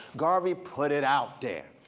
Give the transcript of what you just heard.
garvey put it out there.